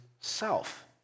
self